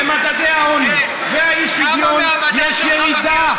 במדדי העוני והאי-שוויון יש ירידה.